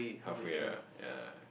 halfway ah ya